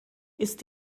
ist